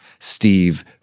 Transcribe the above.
Steve